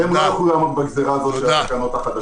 שלא יעמדו בגזירה הזו בתקנות החדשות.